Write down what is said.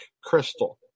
crystal